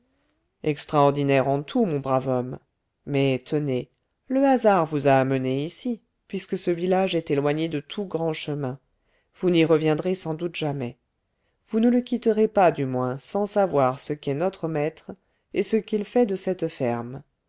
extraordinaire extraordinaire en tout mon brave homme mais tenez le hasard vous a amené ici puisque ce village est éloigné de tout grand chemin vous n'y reviendrez sans doute jamais vous ne le quitterez pas du moins sans savoir ce qu'est notre maître et ce qu'il fait de cette ferme